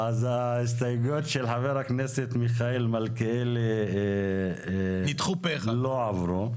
ההסתייגויות של חבר הכנסת מיכאל מלכיאלי לא עברו.